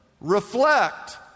reflect